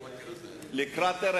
אז גם מגזימים